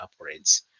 upgrades